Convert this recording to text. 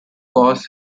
caused